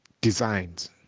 designs